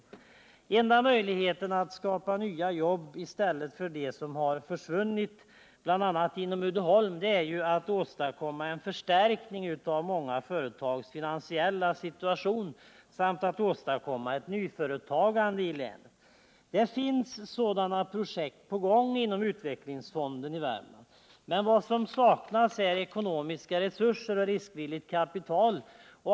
Den enda möjligheten att skapa nya jobb i stället för dem som försvunnit, bl.a. inom Uddeholm, är ju att åstadkomma en förstärkning av många företags finansiella situation samt att åstadkomma ett nyföretagande i länet. Det finns sådana projekt på gång inom Utvecklingsfonden i Värmlands län, men vad som saknas är ekonomiska resurser och riskvilligt kapital.